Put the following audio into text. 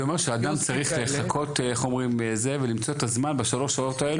כי זה אומר שבן אדם צריך לחכות ולמצוא את הזמן בשלוש שעות האלה.